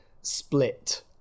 split